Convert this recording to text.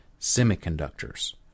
semiconductors